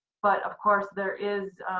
but of course there is,